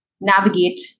navigate